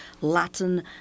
Latin